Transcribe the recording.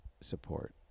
support